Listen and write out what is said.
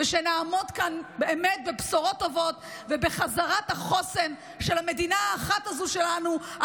שנעמוד כאן באמת בבשורות טובות ובחזרת החוסן של המדינה האחת הזו שלנו,